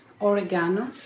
Oregano